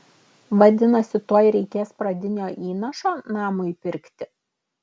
vadinasi tuoj reikės pradinio įnašo namui pirkti